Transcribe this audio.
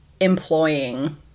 employing